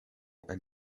and